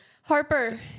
Harper